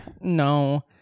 No